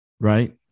right